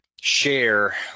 share